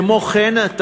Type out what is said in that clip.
כמו כן,